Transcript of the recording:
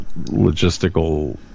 logistical